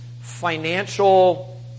financial